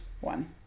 one